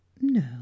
No